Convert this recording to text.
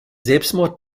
selbstmord